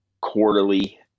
quarterly